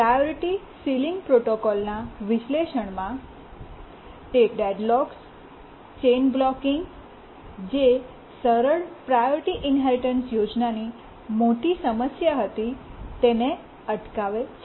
priority ceiling પ્રોટોકોલના વિશ્લેષણમાં તે ડેડલોક્સ ચેઇન બ્લોકીંગ જે સરળ પ્રાયોરિટી ઇન્હેરિટન્સ યોજનાની મોટી સમસ્યા હતી તેને અટકાવે છે